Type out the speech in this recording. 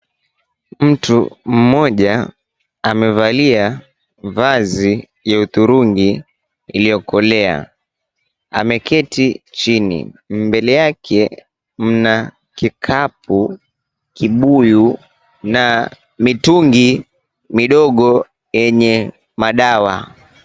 Mtu mmoja amevalia vazi ya hudhurungi iliyokolea, ameketi chini mbele yake mna kikapu, kibuyu na mitungi midogo yenye madawa.